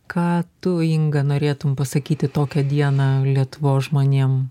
ką tu inga norėtum pasakyti tokią dieną lietuvos žmonėm